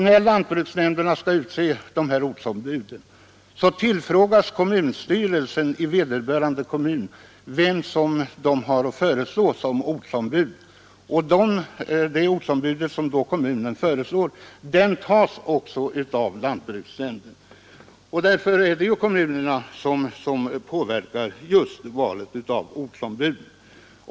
När lantbruksnämnderna skall utse ortsombud tillfrågas kommunstyrelsen i vederbörande kommun om vem de har att föreslå. Den som kommunen föreslår väljs också av lantbruksnämnden till ortsombud. Därför är det kommunerna som påverkar just valet av ortsombud.